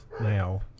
now